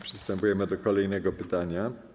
Przystępujemy do kolejnego pytania.